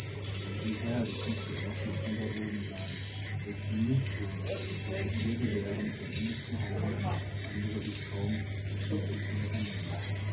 und wie herrlich muß die aussicht von dort oben sein welche genugthuung wird es dir gewähren vollendet zu haben was andere sich kaum erkühnten zu unternehmen